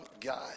God